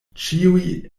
kiuj